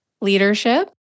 leadership